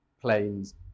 planes